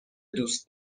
دوست